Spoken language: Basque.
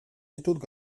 ditut